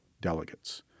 delegates